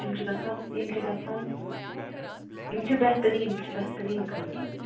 تِم چھِ گژھان یِم چھِ گژھان یِم چھِ بہتریٖن یِم چھِ بہتریٖن خٔزٕر